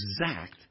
exact